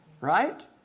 Right